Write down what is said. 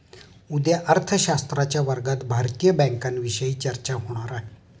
उद्या अर्थशास्त्राच्या वर्गात भारतीय बँकांविषयी चर्चा होणार आहे